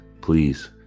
please